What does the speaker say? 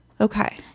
Okay